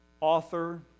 Author